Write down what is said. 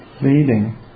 leading